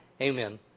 amen